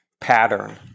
pattern